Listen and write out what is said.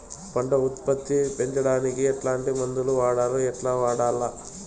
పంట ఉత్పత్తి పెంచడానికి ఎట్లాంటి మందులు ఉండాయి ఎట్లా వాడల్ల?